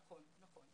נכון.